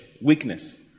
weakness